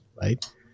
right